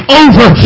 over